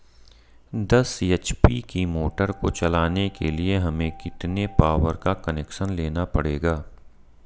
दस एच.पी की मोटर को चलाने के लिए हमें कितने पावर का कनेक्शन लेना पड़ेगा?